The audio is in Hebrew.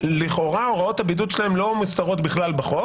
לכאורה הוראות הבידוד שלהם לא מוסדרות בחוק.